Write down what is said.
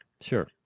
Sure